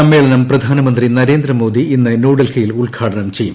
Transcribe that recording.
സമ്മേളനം പ്രധാനമന്ത്രി നരേന്ദ്ര മോദി ഇന്ന് ന്യൂഡൽഹിയിൽ ഉദ്ഘാടനം ചെയ്യും